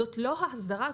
זאת לא ההסדרה הקבועה.